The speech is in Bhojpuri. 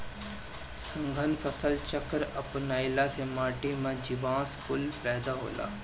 सघन फसल चक्र अपनईला से माटी में जीवांश कुल पैदा होला